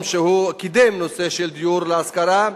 קידם נושא של דיור להשכרה.